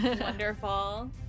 Wonderful